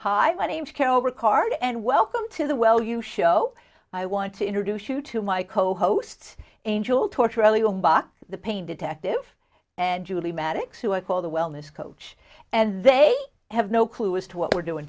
hi my name's carol ricardo and welcome to the well you show i want to introduce you to my co host angel torture along but the pain detective and julie maddox who i call the wellness coach and they have no clue as to what we're doing